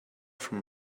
from